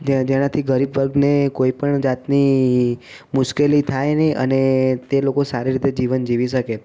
જે જેનાથી ગરીબ વર્ગને કોઈ પણ જાતની મુશ્કેલી થાય નહીં અને તે લોકો સારી રીતે જીવન જીવી શકે